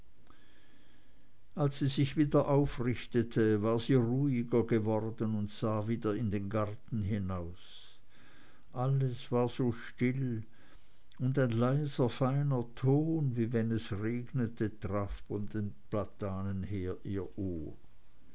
als sie sich wieder aufrichtete war sie ruhiger geworden und sah wieder in den garten hinaus alles war so still und ein leiser feiner ton wie wenn es regnete traf von den platanen her ihr ohr